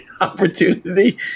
opportunity